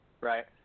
right